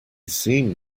seem